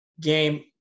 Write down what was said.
game